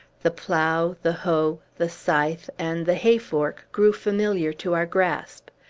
the plough, the hoe, the scythe, and the hay-fork grew familiar to our grasp.